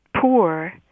poor